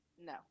No